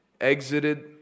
exited